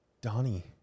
Donnie